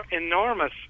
enormous